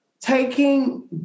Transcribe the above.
taking